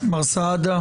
חבר הכנסת משה סעדה.